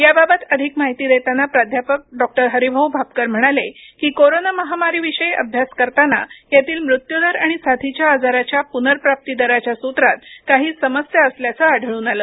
याबाबत आधिक माहिती देताना प्राध्यापक डॉक्टर हरीभाऊ भापकर म्हणाले की कोरोना महामारीविषयी अभ्यास करताना यातील मृत्यूदर आणि साथीच्या आजाराच्या पुनर्प्राप्ती दराच्या सूत्रात काही समस्या असल्याचे आढळून आले